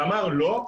ואמר: לא,